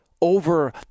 over